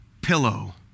pillow